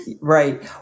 Right